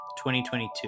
2022